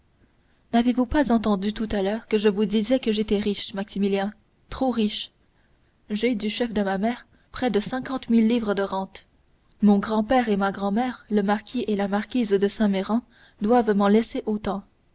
n'avez-vous pas entendu tout à l'heure que je vous disais que j'étais riche maximilien trop riche j'ai du chef de ma mère près de cinquante mille livres de rente mon grand-père et ma grand-mère le marquis et la marquise de saint méran doivent m'en laisser autant